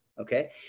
okay